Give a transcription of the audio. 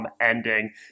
ending